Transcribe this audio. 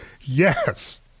Yes